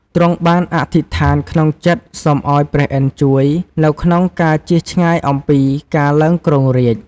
ទ្រង់បានអធិដ្ឋានក្នុងចិត្តសុំឱ្យព្រះឥន្ទ្រជួយ នៅក្នុងការជៀសឆ្ងាយអំពីការឡើងគ្រោងរាជ្យ។